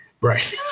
right